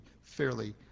fairly